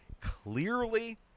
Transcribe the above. clearly